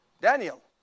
Daniel